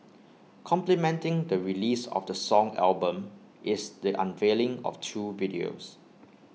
complementing the release of the song album is the unveiling of two videos